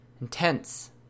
Intense